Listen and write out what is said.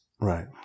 Right